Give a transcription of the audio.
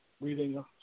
reading